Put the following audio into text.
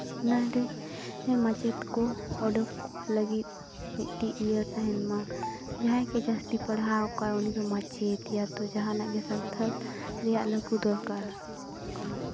ᱚᱱᱟ ᱨᱮ ᱢᱟᱪᱮᱫ ᱠᱚ ᱚᱰᱚᱠ ᱞᱟᱹᱜᱤᱫ ᱢᱤᱫᱴᱤᱡ ᱤᱭᱟᱹ ᱛᱟᱦᱮᱱ ᱢᱟ ᱡᱟᱦᱟᱸᱭ ᱜᱮ ᱡᱟᱹᱥᱛᱤ ᱯᱟᱲᱦᱟᱣᱟᱠᱟᱜᱼᱟᱭ ᱩᱱᱤ ᱫᱚ ᱢᱟᱪᱮᱫ ᱭᱟ ᱛᱚ ᱡᱟᱦᱟᱸᱱᱟᱜ ᱜᱮ ᱥᱟᱱᱛᱷᱟᱞ ᱨᱮᱭᱟᱜ ᱞᱟᱹᱜᱩ ᱫᱚᱨᱠᱟᱨᱚᱜ ᱠᱟᱱᱟ